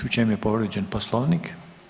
U čem je povrijeđen Poslovnik?